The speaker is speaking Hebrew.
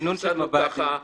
הפסדנו ככה רמטכ"ל.